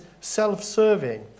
self-serving